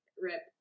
Rip